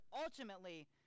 Ultimately